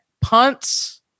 punts